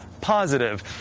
positive